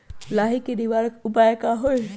लाही के निवारक उपाय का होई?